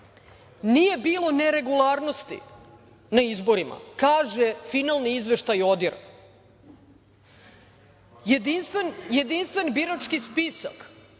Nije bilo neregularnosti na izborima, kaže finalni izveštaj ODIR-a. Jedinstven birački spisak